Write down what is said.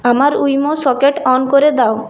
আমার উইমো socket on করে দাও